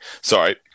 Sorry